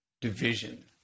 division